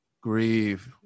grieve